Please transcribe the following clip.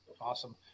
awesome